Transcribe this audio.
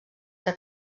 que